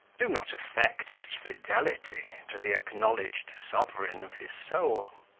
do not affect his fidelity to the acknowledged sovereign of his soul.